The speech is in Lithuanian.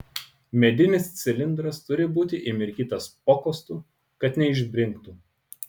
medinis cilindras turi būti įmirkytas pokostu kad neišbrinktų